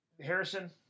Harrison